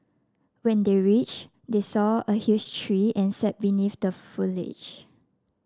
when they reach they saw a huge tree and sat beneath the foliage